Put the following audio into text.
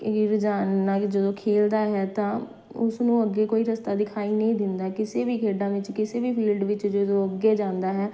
ਕਿ ਰੁਝਾਨ ਨਾਲ ਕਿ ਜਦੋਂ ਖੇਡਦਾ ਹੈ ਤਾਂ ਉਸਨੂੰ ਅੱਗੇ ਕੋਈ ਰਸਤਾ ਦਿਖਾਈ ਨਹੀਂ ਦਿੰਦਾ ਕਿਸੇ ਵੀ ਖੇਡਾਂ ਵਿੱਚ ਕਿਸੇ ਵੀ ਫੀਲਡ ਵਿੱਚ ਜਦੋਂ ਅੱਗੇ ਜਾਂਦਾ ਹੈ